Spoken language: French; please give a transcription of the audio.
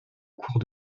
court